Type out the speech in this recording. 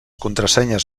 contrasenyes